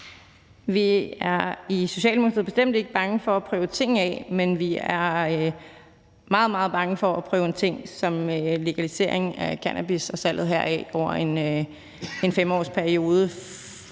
Vi er i Socialdemokratiet bestemt ikke bange for at prøve ting af, men vi er meget, meget bange for at prøve en ting som legalisering af cannabis og salget heraf over en 5-årsperiode,